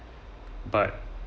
but